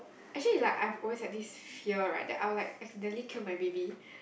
actually like I've always had this fear right that I'll like accidentally kill my baby